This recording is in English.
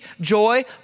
joy